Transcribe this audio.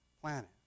planet